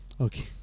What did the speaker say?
Okay